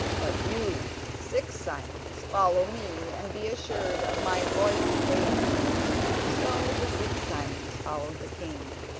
but you six simons follow me and be assured of my royal favour so the six simons followed the king.